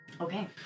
Okay